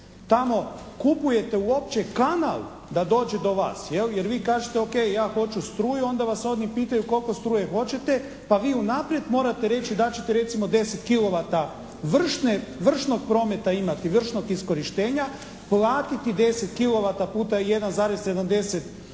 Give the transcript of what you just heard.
Tamo kupujete uopće kanal da dođe do vas jel? Jer vi kažete: Ok, ja hoću struju. Onda vas oni pitaju koliko struje hoćete? Da vi unaprijed morate reći da ćete recimo 10 kilovata vršne, vršnog prometa imati, vršnog iskorištenja. Platiti 10 kilovata puta 1,70,